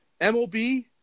MLB